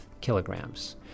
kilograms